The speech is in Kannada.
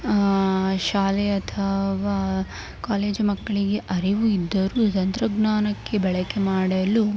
ಶಾಲೆ ಅಥವಾ ಕಾಲೇಜು ಮಕ್ಕಳಿಗೆ ಅರಿವು ಇದ್ದರೂ ತಂತ್ರಜ್ಞಾನಕ್ಕೆ ಬಳಕೆ ಮಾಡಲು